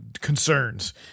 concerns